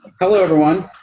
hello everyone.